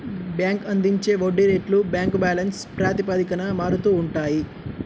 bank అందించే వడ్డీ రేట్లు బ్యాంక్ బ్యాలెన్స్ ప్రాతిపదికన మారుతూ ఉంటాయి